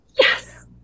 yes